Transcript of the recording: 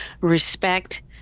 respect